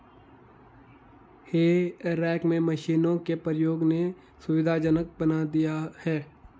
हे rake में मशीनों के प्रयोग ने सुविधाजनक बना दिया है